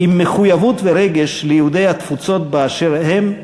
עם מחויבות ורגש ליהודי התפוצות באשר הם,